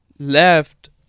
Left